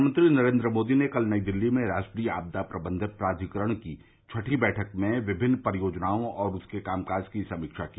प्रधानमंत्री नरेन्द्र मोदी ने कल नई दिल्ली में राष्ट्रीय आपदा प्रबंधन प्राधिकरण की छठी बैठक में विभिन्न परियोजनाओं और उसके कामकाज की समीक्षा की